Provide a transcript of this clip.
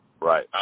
right